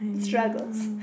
struggles